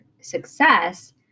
success